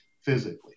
physically